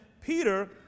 Peter